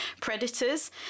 predators